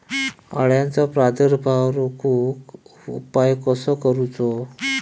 अळ्यांचो प्रादुर्भाव रोखुक उपाय कसो करूचो?